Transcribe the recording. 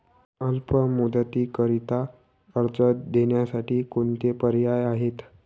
अल्प मुदतीकरीता कर्ज देण्यासाठी कोणते पर्याय आहेत?